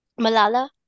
Malala